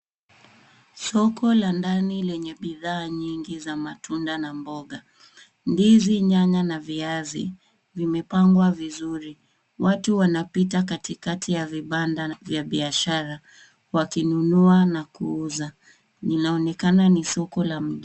Soko la ndani lenye bidhaa nyingi za matunda na mboga. Ndizi, nyanya na viazi vimepangwa vizuri. Watu wanapita katikati ya vibanda vya biashara wakinunua na kuuza. Inaonekana ni soko la mjini.